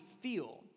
feel